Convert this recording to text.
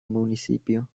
municipio